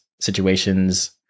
situations